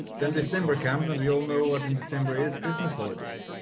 then december comes and we all know what in december is christmas holidays.